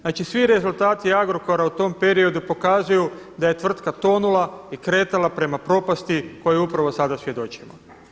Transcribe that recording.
Znači svi rezultati Agrokora u tom periodu pokazuju da je tvrtka tonula i kretala prema propasti koju upravo sada svjedočimo.